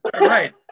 right